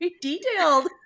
detailed